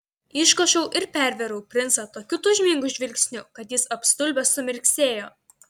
iškošiau ir pervėriau princą tokiu tūžmingu žvilgsniu kad jis apstulbęs sumirksėjo